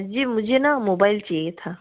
जी मुझे न मोबाइल चाहिए था